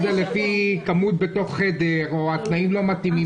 אבל אם זה לפי כמות בתוך חדר או התנאים לא מתאימים,